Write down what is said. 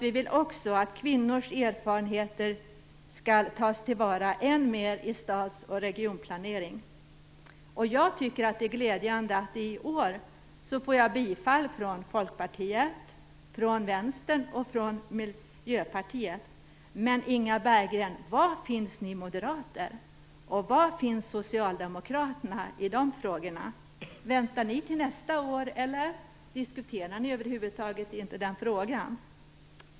Vi vill också att kvinnors erfarenheter tas till vara ännu mera i stads och regionplanering. Jag tycker att det är glädjande att Folkpartiet, Vänstern och Miljöpartiet i år håller med mig och yrkar bifall. Men, Inga Berggren, var finns ni moderater? Och var finns Socialdemokraterna i dessa frågor? Väntar ni till nästa år, eller diskuterar ni över huvud taget inte den frågan?